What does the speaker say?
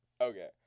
Okay